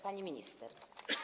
Pani Minister!